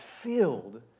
filled